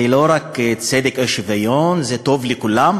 זה לא רק צדק ושוויון, זה טוב לכולם.